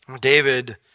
David